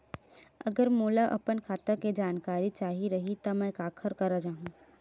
अगर मोला अपन खाता के जानकारी चाही रहि त मैं काखर करा जाहु?